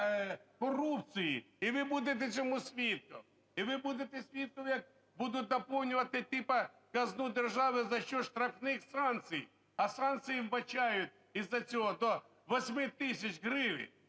корупції. І ви будете цьому свідками. І ви будете свідками, як будуть наповнювати типа казну держави за счет штрафних санкцій. А санкції вбачають із-за цього до 8 тисяч гривень.